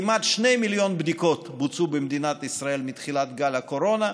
כמעט 2 מיליון בדיקות בוצעו במדינת ישראל מתחילת גל הקורונה,